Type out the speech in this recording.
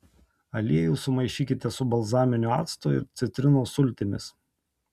aliejų sumaišykite su balzaminiu actu ir citrinos sultimis